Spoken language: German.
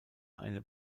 eine